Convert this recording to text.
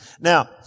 Now